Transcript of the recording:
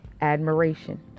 Admiration